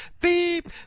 beep